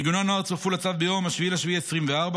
ארגוני הנוער צורפו לצו ביום 7 ביולי 2024,